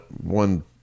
one